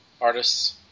artists